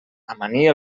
amanir